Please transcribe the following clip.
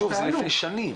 שוב, זה לפני שנה.